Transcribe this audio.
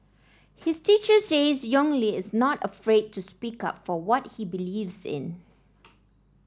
his teacher says Yong Li is not afraid to speak up for what he believes in